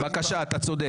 בבקשה, אתה צודק.